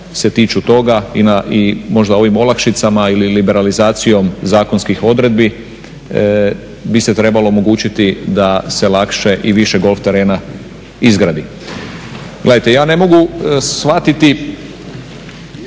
se tiču toga i možda ovim olakšicama ili liberalizacijom zakonskih odredbi bi se trebalo omogućiti da se lakše i više golf terena izgradi.